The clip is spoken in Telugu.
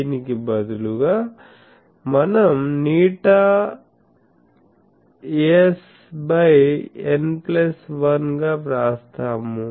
దీనికి బదులుగా మనం ηsn1 గా వ్రాస్తాము